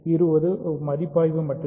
இது ஒரு மதிப்பாய்வு மட்டுமே